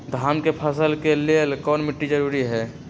धान के फसल के लेल कौन मिट्टी जरूरी है?